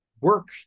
work